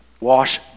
wash